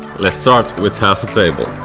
let's start with half a table.